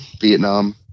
Vietnam